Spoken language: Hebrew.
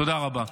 תודה רבה.